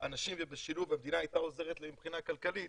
אנשים ובשילוב ואם המדינה הייתה עוזרת להם מבחינה כלכלית